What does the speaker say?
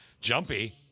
Jumpy